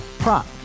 Prop